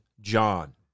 John